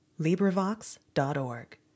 LibriVox.org